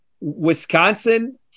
Wisconsin